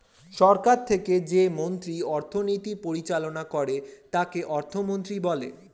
সরকার থেকে যে মন্ত্রী অর্থনীতি পরিচালনা করে তাকে অর্থমন্ত্রী বলে